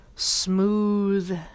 smooth